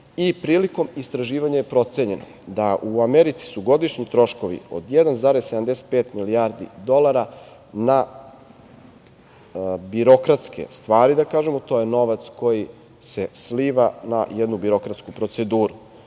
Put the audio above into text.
i prilikom istraživanja je procenjeno da u Americi su godišnji troškovi od 1,75 milijardi dolara na birokratske stvari, da kažemo. To je novac koji se sliva na jednu birokratsku proceduru,